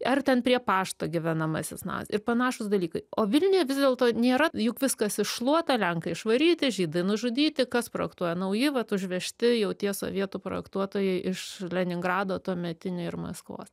ar ten prie pašto gyvenamasis namas ir panašūs dalykai o vilniuje vis dėlto nėra juk viskas iššluota lenkai išvaryti žydai nužudyti kas projektuoja nauji vat užvežti jau tie sovietų projektuotojai iš leningrado tuometinio ir maskvos